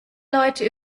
leute